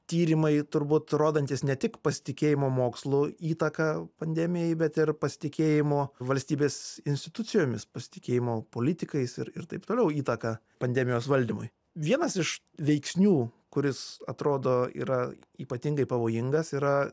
tyrimai turbūt rodantys ne tik pasitikėjimo mokslu įtaką pandemijai bet ir pasitikėjimo valstybės institucijomis pasitikėjimo politikais ir ir taip toliau įtaką pandemijos valdymui vienas iš veiksnių kuris atrodo yra ypatingai pavojingas yra